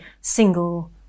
single